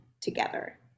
together